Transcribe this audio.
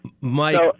Mike